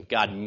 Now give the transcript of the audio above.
God